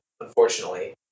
unfortunately